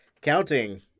counting